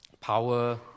Power